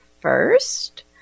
first